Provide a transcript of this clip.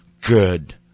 good